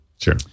sure